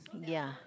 ya